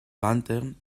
wandern